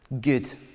Good